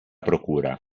procura